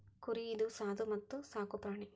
ಕುರಿ ಇದು ಸಾದು ಮತ್ತ ಸಾಕು ಪ್ರಾಣಿ